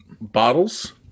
bottles